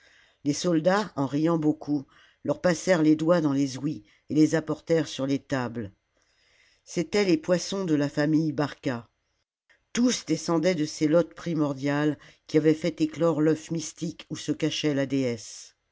les soldats en riant beaucoup leur passèrent les doigts dans les ouïes et les apportèrent sur les tables c'étaient les poissons de la famille barca tous descendaient de ces lottes primordiales qui avaient fait éclore l'œuf mystique où se cachait la déesse